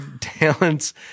talents